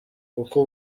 kuko